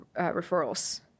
referrals